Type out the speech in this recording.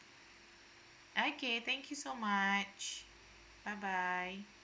okay thank you so much bye bye